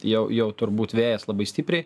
jau jau turbūt vejas labai stipriai